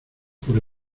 por